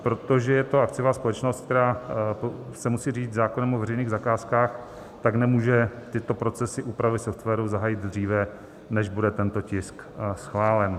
Protože je to akciová společnost, která se musí řídit zákonem o veřejných zakázkách, nemůže tyto procesy úpravy softwaru zahájit dříve, než bude tento tisk schválen.